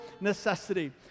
necessity